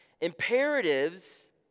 Imperatives